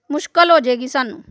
ਮੁਸ਼ਕਿਲ ਹੋ ਜਾਵੇਗੀ ਸਾਨੂੰ